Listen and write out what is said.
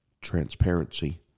transparency